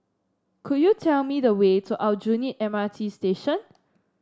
could you tell me the way to Aljunied M R T Station